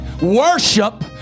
Worship